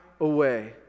away